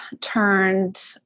turned